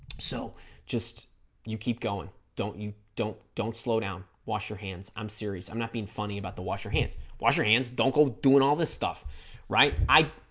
so just you keep going don't you don't don't slow down wash your hands i'm serious i'm not being funny about the wash your hands wash your hands don't go doing all this stuff right i